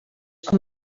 com